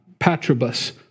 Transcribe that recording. Patrobus